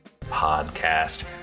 podcast